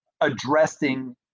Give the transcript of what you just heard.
addressing